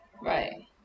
right